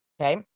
okay